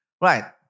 Right